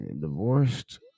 Divorced